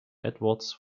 edwards